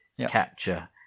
capture